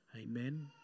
amen